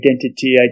identity